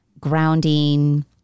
grounding